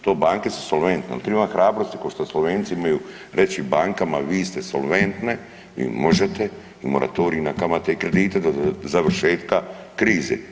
To banke su solventne, jel triba hrabrosti ko što Slovenci imaju reći bankama vi ste solventne, vi možete i moratorij na kamate i kredite do završetka krize.